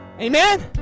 Amen